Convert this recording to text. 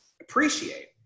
appreciate